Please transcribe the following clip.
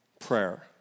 prayer